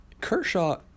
Kershaw